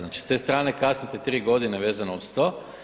Znači s te strane kasnite tri godine vezano uz to.